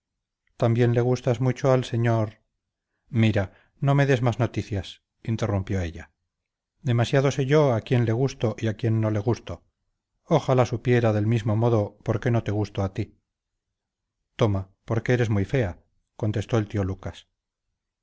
también le gustas mucho al señor mira no me des más noticias interrumpió ella demasiado sé yo a quién le gusto y a quién no le gusto ojalá supiera del mismo modo por qué no te gusto a ti toma porque eres muy fea contestó el tío lucas